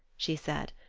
she said.